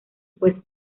puesto